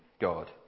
God